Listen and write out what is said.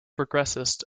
progressist